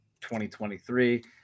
2023